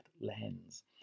lens